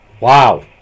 Wow